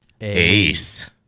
Ace